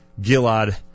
Gilad